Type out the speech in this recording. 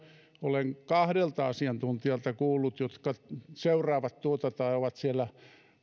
olen kahdelta asiantuntijalta kuullut jotka seuraavat tuota tai ovat siellä